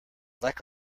like